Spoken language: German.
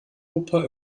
opa